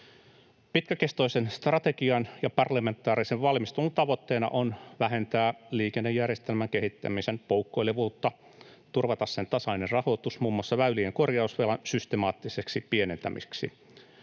Pitkäkestoisen strategian ja parlamentaarisen valmistelun tavoitteena on vähentää liikennejärjestelmän kehittämisen poukkoilevuutta ja turvata sen tasainen rahoitus muun muassa väylien korjausvelan systemaattiseksi pienentämiseksi.